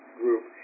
group